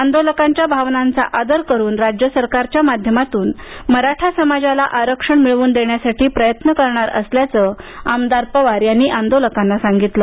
आंदोलकांच्या भावनांचा आदर करून राज्य सरकारच्या माध्यमातून मराठा समाजाला आरक्षण मिळवून देण्यासाठी प्रयत्न करणार असल्याचं आमदार पवार यांनी आंदोलकांना सांगितलं